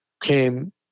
came